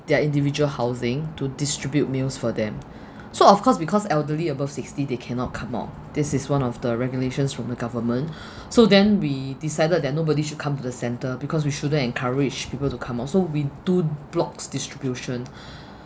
their individual housing to distribute meals for them so of course because elderly above sixty they cannot come out this is one of the regulations from the government so then we decided that nobody should come to the centre because we shouldn't encourage people to come also we do blocks distribution